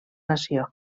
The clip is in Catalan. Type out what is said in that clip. nació